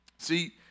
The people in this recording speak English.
See